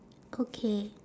okay